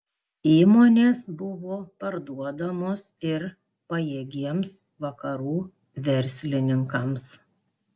įmonės buvo parduodamos ir pajėgiems vakarų verslininkams